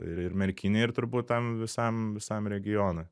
ir merkinei ir turbūt tam visam visam regionui